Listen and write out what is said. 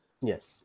Yes